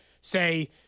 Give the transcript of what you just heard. say